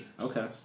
Okay